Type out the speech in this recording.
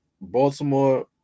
Baltimore